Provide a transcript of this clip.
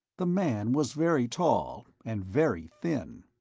the man was very tall and very thin,